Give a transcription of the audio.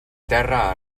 terra